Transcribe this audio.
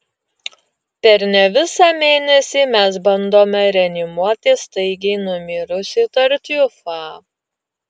per ne visą mėnesį mes bandome reanimuoti staigiai numirusį tartiufą